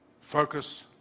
Focus